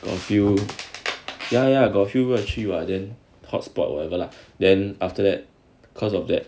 got feel ya ya got few entry [what] then hotspot whatever lah then after that because of that